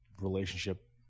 relationship